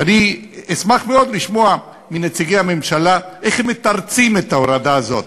ואני אשמח מאוד לשמוע מנציגי הממשלה איך הם מתרצים את ההורדה הזאת.